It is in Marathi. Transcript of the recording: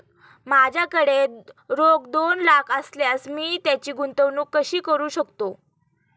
माझ्याकडे रोख दोन लाख असल्यास मी त्याची गुंतवणूक कशी करू शकतो?